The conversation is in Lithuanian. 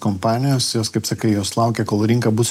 kompanijos jos kaip sakai jos laukia kol rinka bus